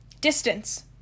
distance